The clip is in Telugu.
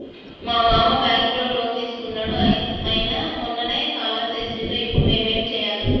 మా మామ బ్యాంక్ లో లోన్ తీసుకున్నడు అయిన మొన్ననే కాలం చేసిండు ఇప్పుడు మేం ఏం చేయాలి?